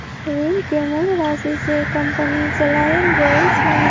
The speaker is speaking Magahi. ऋण के मूल राशि से कंपनी चलाएल जाई छई